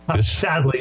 Sadly